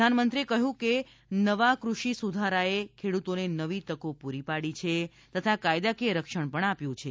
પ્રધાનમંત્રીએ કહ્યું હતું કે નવા કૃષિ સુધારાએ ખેડૂતોને નવી તકો પૂરી પાડી છે તથા કાયદાકીય રક્ષણ પણ આપ્યું છે